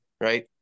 right